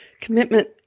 commitment